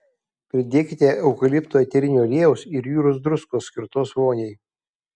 pridėkite eukalipto eterinio aliejaus ir jūros druskos skirtos voniai